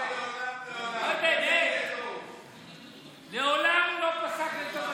שכולנו עקבנו השבוע אחרי האירועים הלא-פשוטים